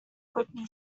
britney